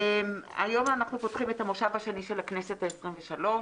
היום אנחנו פותחים את המושב השני של הכנסת ה-23.